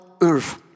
earth